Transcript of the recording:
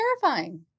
terrifying